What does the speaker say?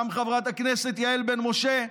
גם חברת הכנסת יעל בן משה.